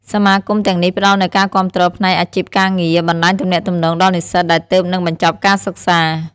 សមាគមទាំងនេះផ្ដល់នូវការគាំទ្រផ្នែកអាជីពការងារ បណ្តាញទំនាក់ទំនងដល់និស្សិតដែលទើបនឹងបញ្ចប់ការសិក្សា។